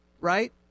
right